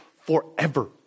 forever